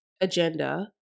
agenda